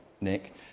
Nick